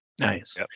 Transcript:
nice